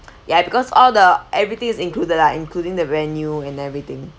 ya because all the everything is included ah including the venue and everything